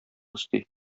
өсти